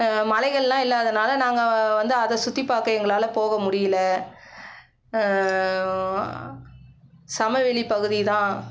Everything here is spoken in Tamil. மலைகள்லாம் இல்லாதனால் நாங்கள் வந்து அதை சுற்றிப் பார்க்க எங்களால் போக முடியல சமவெளி பகுதிதான்